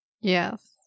Yes